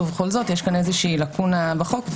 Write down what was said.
ובכל זאת יש כאן איזושהי לקונה בחוק,